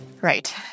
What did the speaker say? Right